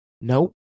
Nope